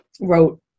wrote